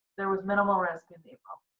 there was minimal risk in april.